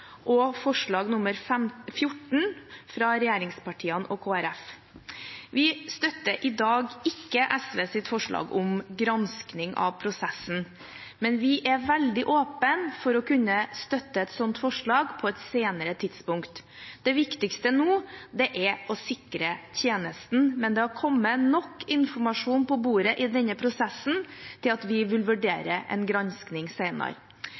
og forslag nr. 14, fra regjeringspartiene og Kristelig Folkeparti. Vi støtter i dag ikke SVs forslag om granskning av prosessen, men vi er veldig åpne for å kunne støtte et sånt forslag på et senere tidspunkt. Det viktigste nå er å sikre tjenesten, men det har kommet nok informasjon på bordet i denne prosessen til at vi vil vurdere en granskning